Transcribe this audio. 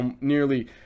nearly